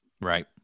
Right